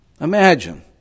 Imagine